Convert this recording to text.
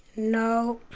no.